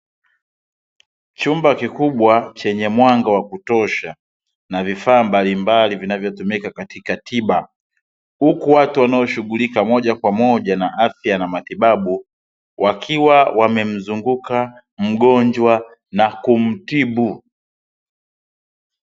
Chumba kikubwa chenye mwanga wa kutosha na vifaa mbalimbali vinavyotumika katika tiba, huku watu wanaoshughulika moja kwa moja na afya na matibabu wakiwa wamemzunguka mgonjwa na kumtibu.